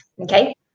okay